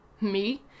Me